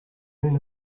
men